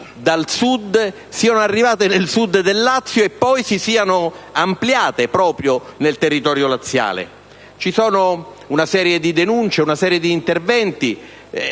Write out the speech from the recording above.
dal Meridione siano arrivate nel Sud del Lazio e poi si siano ampliate proprio nel territorio laziale. Ci sono state denunce e una serie di precisi